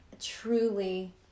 Truly